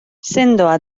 sendoa